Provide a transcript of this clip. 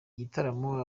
gitaramo